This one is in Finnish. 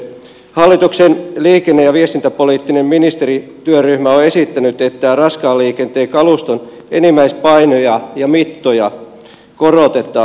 hallituksen liikenne ja viestintäpoliittinen ministerityöryhmä on esittänyt että raskaan liikenteen kaluston enimmäispainoja ja mittoja korotetaan